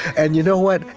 and you know what?